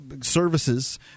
Services